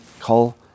call